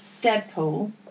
Deadpool